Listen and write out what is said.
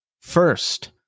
first